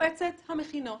מועצת המכינות